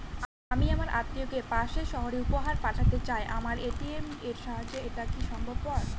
আমি আমার আত্মিয়কে পাশের সহরে উপহার পাঠাতে চাই আমার এ.টি.এম এর সাহায্যে এটাকি সম্ভবপর?